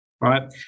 right